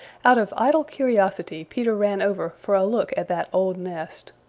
out of idle curiosity peter ran over for a look at that old nest.